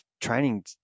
training